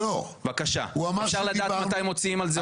בבקשה, אפשר לדעת מתי מוציאים על זה הודעה?